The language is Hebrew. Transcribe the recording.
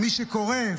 מי שקורא,